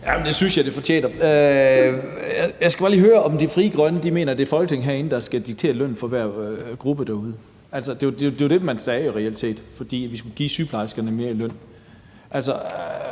Ja, det synes jeg det fortjener. Jeg skal bare lige høre, om Frie Grønne mener, at det er Folketinget herinde, der skal diktere lønnen for hver gruppe derude. Det er jo reelt set det, man sagde, ved at vi skulle give sygeplejerskerne mere i løn. Altså,